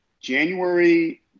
January